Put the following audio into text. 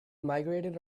migrated